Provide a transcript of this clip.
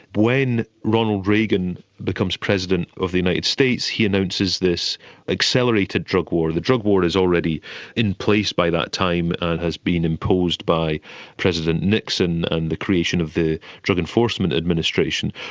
when ronald reagan becomes president of the united states he announces this accelerated drug war. the drug war is already in place by that time and has been imposed by president nixon and the creation of the drug enforcement administration,